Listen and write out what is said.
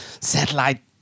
satellite